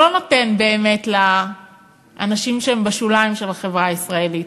שלא נותן באמת לאנשים שהם בשוליים של החברה הישראלית.